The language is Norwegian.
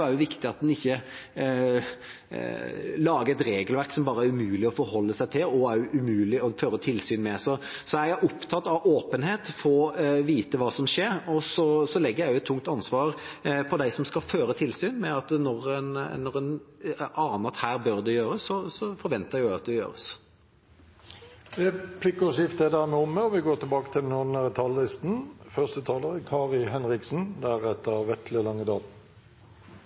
også viktig at en ikke lager et regelverk som det er umulig å forholde seg til og umulig å føre tilsyn med. Jeg er opptatt av åpenhet for å vite hva som skjer, og jeg legger også et tungt ansvar på dem som skal føre tilsyn. Når en aner at noe bør gjøres, forventer jeg at det gjøres. Replikkordskiftet er omme. Et viktig kjennetegn ved Arbeiderpartiet er at vi fører en omfordelende økonomisk politikk: De med minst får mer. Et viktig kjennetegn ved Solberg-regjeringa er å dele ut kontanter, særlig til